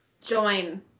Join